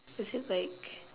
is it like